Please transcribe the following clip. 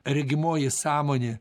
regimoji sąmonė